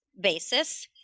basis